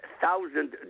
thousand